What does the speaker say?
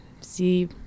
see